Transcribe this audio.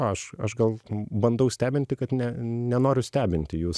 aš aš gal bandau stebinti kad ne nenoriu stebinti jus